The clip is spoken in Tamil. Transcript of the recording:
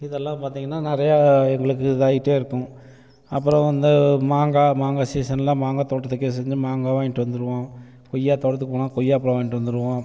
இதெல்லாம் பார்த்திங்கன்னா நிறையா எங்களுக்கு இதாகிட்டே இருக்கும் அப்பறம் வந்து மாங்காய் மாங்காய் சீசனில் மாங்காய் தோட்டத்துக்கே சென்று மாங்காய் வாங்கிட்டு வந்துடுவோம் கொய்யா தோட்டத்துக்கு போனால் கொய்யாப்பழம் வாங்கிட்டு வந்துடுவோம்